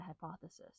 hypothesis